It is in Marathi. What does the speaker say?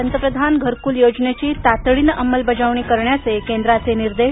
पंतप्रधान घरकुल योजनेची तातडीने अंमलबजावणी करण्याचे केंद्राचे निर्देश